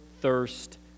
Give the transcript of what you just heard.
thirst